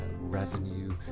revenue